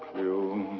you